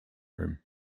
room